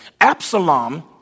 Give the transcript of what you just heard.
Absalom